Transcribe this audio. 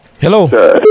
Hello